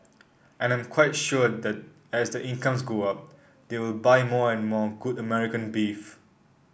and I am quite sure that as their incomes go up they will buy more and more good American beef